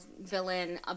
villain